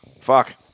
fuck